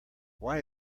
why